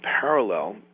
parallel